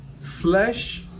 flesh